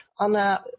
Anna